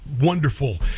wonderful